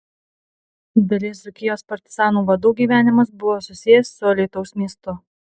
dalies dzūkijos partizanų vadų gyvenimas buvo susijęs su alytaus miestu